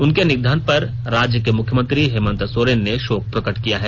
उनके निधन पर राज्य के मुख्यमंत्री हेमंत सोरेन ने शोक प्रकट किया है